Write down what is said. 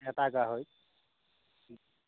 এটা গাহৰি